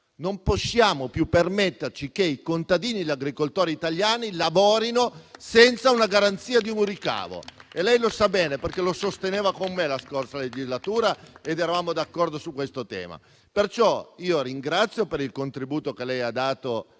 Non possiamo più permetterci che i contadini e gli agricoltori italiani lavorino senza la garanzia di un ricavo. E lei lo sa bene, perché lo sosteneva con me nella scorsa legislatura ed eravamo d'accordo su questo tema. La ringrazio pertanto per il contributo che ha dato,